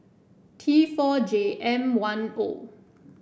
T four J M one O